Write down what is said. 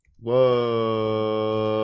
Whoa